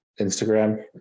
Instagram